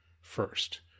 first